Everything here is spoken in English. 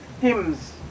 hymns